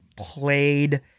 Played